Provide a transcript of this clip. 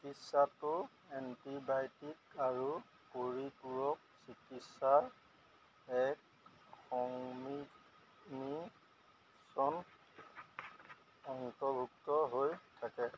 চিকিৎসাটোত antibiotic আৰু পৰিপূৰক চিকিৎসাৰ এক সংমিশ্ৰণ অন্তৰ্ভুক্ত হৈ থাকে